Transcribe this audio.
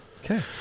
Okay